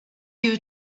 you